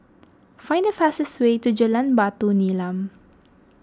find the fastest way to Jalan Batu Nilam